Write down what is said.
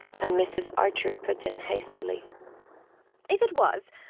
and mrs. archer put in hastily if it was,